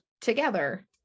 together